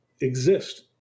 exist